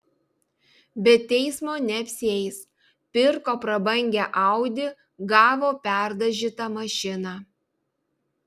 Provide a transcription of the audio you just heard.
be teismo neapsieis pirko prabangią audi gavo perdažytą mašiną